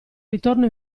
ritorno